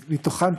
מתוכם,